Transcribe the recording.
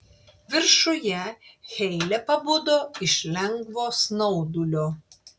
viršuje heile pabudo iš lengvo snaudulio